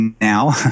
now